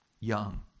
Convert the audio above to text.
young